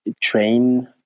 train